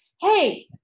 Hey